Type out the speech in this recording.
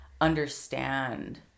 understand